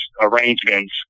arrangements